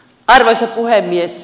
arvoisa puhemies